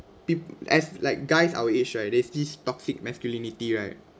peo~ as like guys our age right there's this toxic masculinity right